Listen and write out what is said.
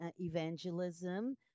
evangelism